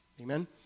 Amen